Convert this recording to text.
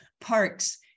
parks